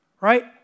right